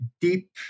deep